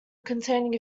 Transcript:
containing